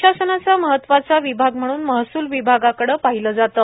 प्रशासनाचा महत्वाचा विभाग म्हणून महसूल विभागाकडे पाहिले जाते